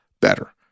better